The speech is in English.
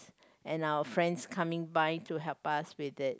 and our friends coming by to help us with it